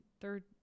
third